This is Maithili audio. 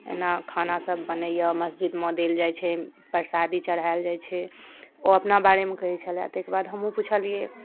एना खानासभ बनैए मस्जिदमे देल जाइ छै परसादी चढ़ायल जाइ छै ओ अपना बारेमे कहै छलय ताहिके बाद हमहूँ पुछलियै